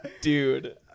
Dude